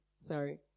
Sorry